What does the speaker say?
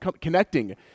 connecting